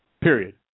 Period